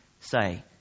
say